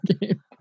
game